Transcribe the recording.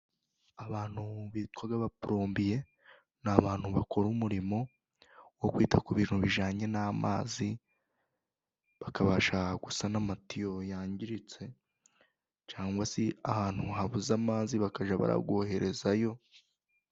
Abantu bitwa abaporombiye，ni abantu bakora umurimo wo kwita ku bintu bijyanye n'amazi，bakabasha gusana amatiyo yangiritse cyangwa se ahantu habuze amazi，bakajya barayoherezayo.